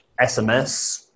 SMS